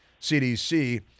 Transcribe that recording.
CDC